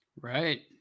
right